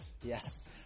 yes